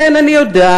כן, אני יודעת,